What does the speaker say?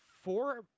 Four